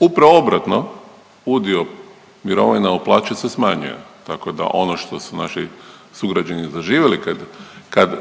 Upravo obratno, udio mirovina u plaći se smanjuje, tako da ono što su naši sugrađani zaživjeli kad, kad,